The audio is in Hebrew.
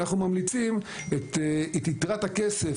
ואנחנו ממליצים שאת יתרת הכסף,